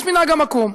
יש מנהג המקום.